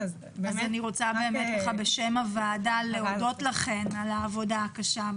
אני רוצה בשם הוועדה להודות לכן על העבודה הקשה.